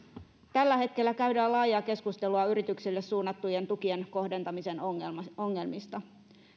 tällä hetkellä käydään laajaa keskustelua yrityksille suunnattujen tukien kohdentamisen ongelmista ongelmista